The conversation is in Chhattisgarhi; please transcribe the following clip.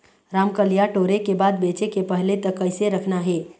रमकलिया टोरे के बाद बेंचे के पहले तक कइसे रखना हे?